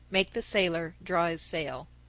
make the sailor draw his sail.